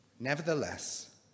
Nevertheless